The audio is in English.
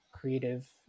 creative